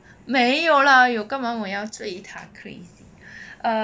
没有啦哎哟干嘛我要追他 crazy